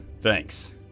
thanks